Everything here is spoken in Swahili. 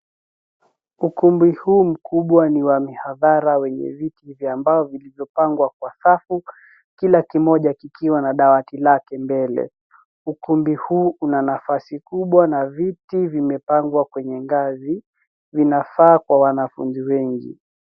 Ukumbi huu mkubwa ni wa mihadhara wenye viti vilivyopangwa kwa safu, kila kimoja kikiwa na dawati lake mbele. Ukumbi huu una nafasi kubwa na viti vimepangwa kwenye ngazi, vinafaa kwa wanafunzi wengi.